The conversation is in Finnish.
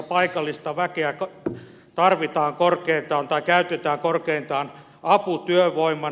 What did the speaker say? paikallista väkeä käytetään korkeintaan aputyövoimana